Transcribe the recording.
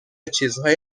چیزهایی